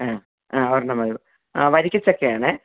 ആ ആ ഒരെണ്ണം മതി ആ വരിക്ക ചക്കയാണ്